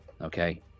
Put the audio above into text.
okay